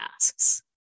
tasks